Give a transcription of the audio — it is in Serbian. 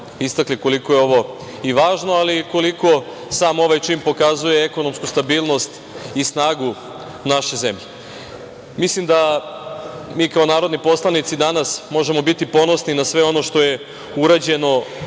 istakli koliko je ovo i važno, ali koliko sam ovaj čin pokazuje ekonomsku stabilnost i snagu naše zemlje. Mislim da mi kao narodni poslanici danas možemo biti ponosni na sve ono što je urađeno